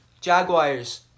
Jaguars